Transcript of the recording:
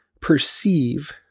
perceive